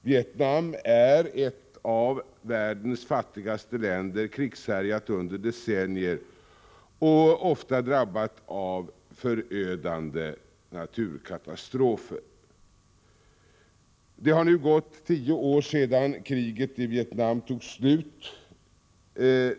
Vietnam är ett av världens fattigaste länder, som varit krigshärjat under decennier och ofta drabbats av förödande naturkatastrofer. Det har nu gått tio år sedan kriget i Vietnam tog slut.